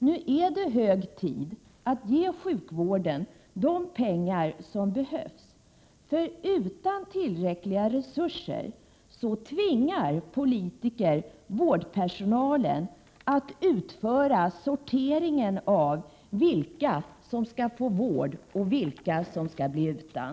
Nu är det hög tid att ge sjukvården de pengar som behövs, för utan tillräckliga resurser tvingar politiker vårdpersonalen att utföra sorteringen av vilka som skall få vård och vilka som skall bli utan.